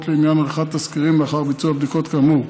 לעניין עריכת תסקירים לאחר ביצוע הבדיקות כאמור.